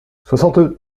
soixante